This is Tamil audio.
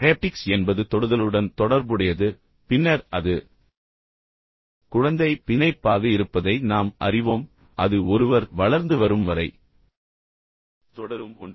ஹேப்டிக்ஸ் என்பது தொடுதலுடன் தொடர்புடையது பின்னர் அது குழந்தை பிணைப்பாக இருப்பதை நாம் அறிவோம் பின்னர் அது ஒருவர் வளர்ந்து வரும் வரை தொடரும் ஒன்று